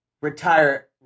retire